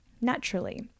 naturally